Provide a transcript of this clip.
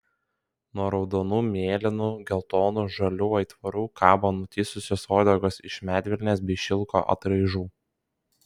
nuo raudonų mėlynų geltonų žalių aitvarų kabo nutįsusios uodegos iš medvilnės bei šilko atraižų